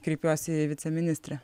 kreipiuosi į viceministrę